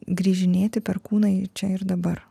grįžinėti per kūną ir čia ir dabar